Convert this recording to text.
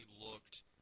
looked